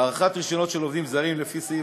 הארכת רישיונות של עובדים זרים לפי סעיף